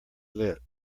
lit